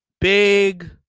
Big